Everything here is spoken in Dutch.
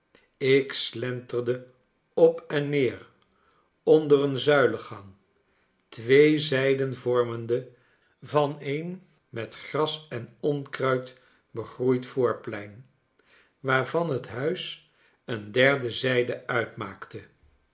ik slenterde op en neer onder een zuilengang twee zijden vormende van een metgras en onkruid begroeid voorplein waarvan het huis eene derde zijde uitmaakte